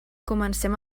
comencem